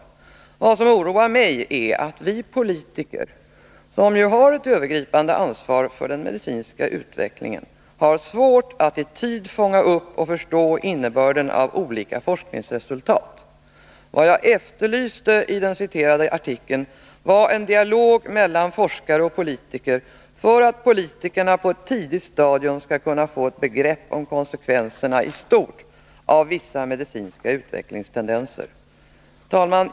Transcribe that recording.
Vad som oroar mig är att vi politiker — som ju har ett övergripande ansvar för den medicinska utvecklingen — har svårt att i tid fånga upp och förstå innebörden av olika forskningsresultat. Vad jag efterlyste i den citerade artikeln var en dialog mellan forskare och politiker för att politikerna på ett tidigt stadium skall kunna få ett begrepp om konsekvenserna i stort av vissa medicinska utvecklingstendenser. Herr talman!